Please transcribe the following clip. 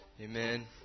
Amen